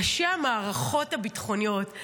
ראשי המערכות הביטחוניות,